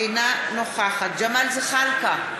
אינה נוכחת ג'מאל זחאלקה,